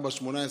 4.18,